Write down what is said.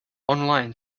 online